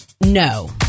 No